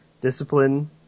Discipline